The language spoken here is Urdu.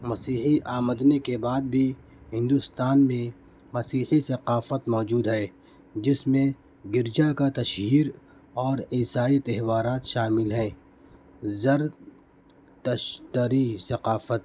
مسیحی آمدنی کے بعد بھی ہندوستان میں مسیحی ثقافت موجود ہے جس میں گرجا کا تشہیر اور عیسائی تہوارات شامل ہیں زرتشتری ثقافت